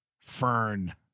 Fern